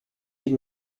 die